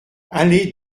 allée